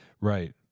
Right